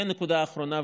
נקודה אחרונה,